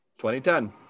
2010